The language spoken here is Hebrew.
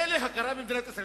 מילא הכרה במדינת ישראל,